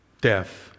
Death